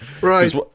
Right